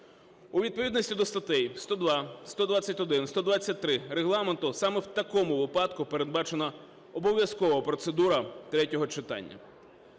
У відповідності до статей 102, 121, 123 Регламенту саме в такому випадку передбачена обов'язкова процедура третього читання.